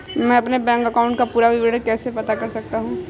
मैं अपने bank account का पूरा विवरण कैसे पता कर सकता हूँ?